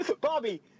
Bobby